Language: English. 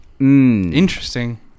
Interesting